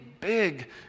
big